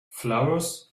flowers